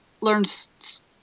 learns